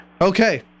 Okay